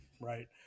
right